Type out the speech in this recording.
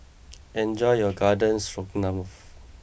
enjoy your Garden Stroganoff